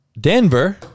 denver